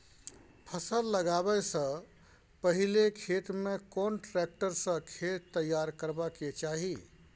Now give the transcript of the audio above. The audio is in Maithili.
फसल लगाबै स पहिले खेत में कोन ट्रैक्टर स खेत तैयार करबा के चाही?